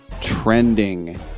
Trending